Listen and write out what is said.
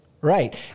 Right